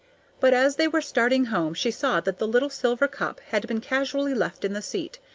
but as they were starting home she saw that the little silver cup had been casually left in the seat,